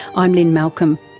i'm lynne malcolm,